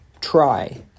try